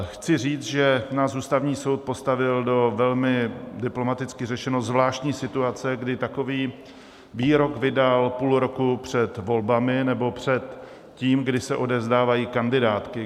Chci říct, že nás Ústavní soud postavil do velmi diplomaticky řečeno zvláštní situace, kdy takový výrok vydal půl roku před volbami, nebo před tím, kdy se odevzdávají kandidátky.